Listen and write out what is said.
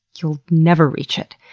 you'll never reach it.